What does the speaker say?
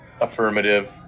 Affirmative